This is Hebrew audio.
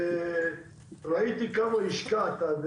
ראיתי כמה השקעת.